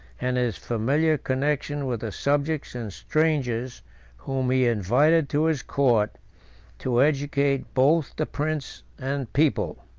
and his familiar connection with the subjects and strangers whom he invited to his court to educate both the prince and people.